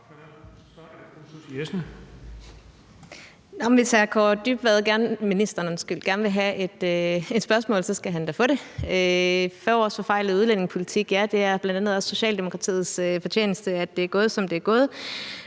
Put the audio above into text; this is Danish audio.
Hvis ministeren gerne vil have et spørgsmål, skal han da få det. Der har været 40 års forfejlet udlændingepolitik. Det er bl.a. også Socialdemokratiets fortjeneste, at det er gået, som det er gået.